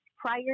prior